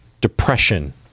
depression